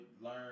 learn